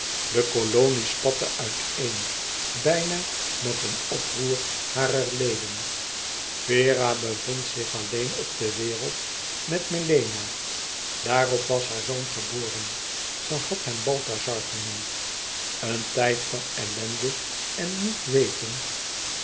de kolonie spatte uiteen bijna met een oproer harer leden vera bevond zich alleen op de wereld met melena daarop was haar zoon geboren ze had hem balthazar genoemd een tijd van ellende en niet weten